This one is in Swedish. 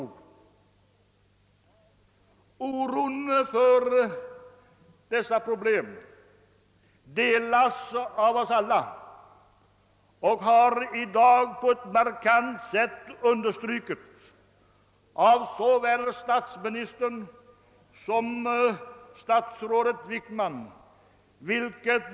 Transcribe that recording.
Oron för dessa problem delas av oss alla; det underströks markant av både statsminister Erlander och statsrådet Wickman.